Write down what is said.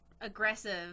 aggressive